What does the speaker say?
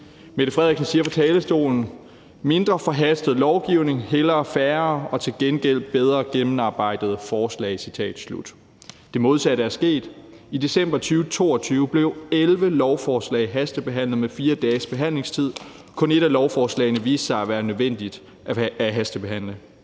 Statsministeren siger på talerstolen: »Mindre forhastet lovgivning. Hellere færre og til gengæld bedre gennemarbejdede forslag.« Det modsatte er sket. I december 2022 blev 11 lovforslag hastebehandlet med 4 dages behandlingstid; kun et af lovforslagene viste sig at være nødvendigt at hastebehandle.